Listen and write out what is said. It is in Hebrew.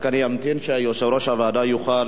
ורק אמתין כדי שיושב-ראש הוועדה יוכל